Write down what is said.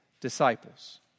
disciples